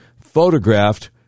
photographed